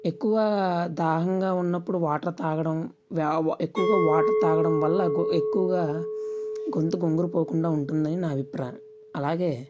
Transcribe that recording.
ఎక్కువ దాహంగా ఉన్నప్పుడు వాటర్ తాగడం య ఎక్కువగా వాటర్ తాగడం వల్ల ఎక్కువగా గొంతు బొంగురు పోకుండా ఉంటుందని నా అభిప్రాయం అలాగే